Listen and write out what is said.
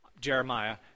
Jeremiah